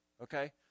Okay